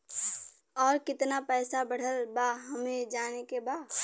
और कितना पैसा बढ़ल बा हमे जाने के बा?